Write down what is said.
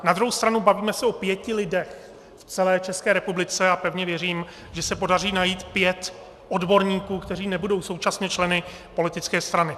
Na druhou stranu bavíme se o pěti lidech v celé České republice a pevně věřím, že se podaří najít pět odborníků, kteří nebudou současně členy politické strany.